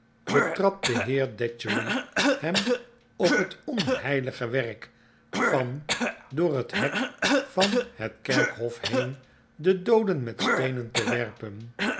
de heer datchery hem op het onheilige werk van door het hek van het kerkhof heen de dooden met steenen te werpen